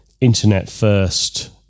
internet-first